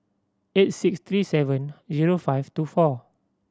eight six three seven zero five two four